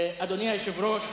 אדוני היושב-ראש,